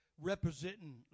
representing